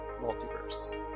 Multiverse